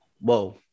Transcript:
whoa